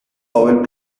lowell